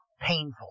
painful